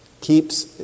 Keeps